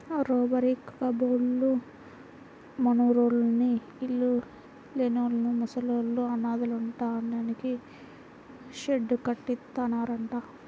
rotary కబ్బోళ్ళు మనూర్లోని ఇళ్ళు లేనోళ్ళు, ముసలోళ్ళు, అనాథలుంటానికి షెడ్డు కట్టిత్తన్నారంట